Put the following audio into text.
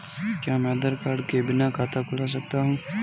क्या मैं आधार कार्ड के बिना खाता खुला सकता हूं?